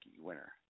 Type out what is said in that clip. winner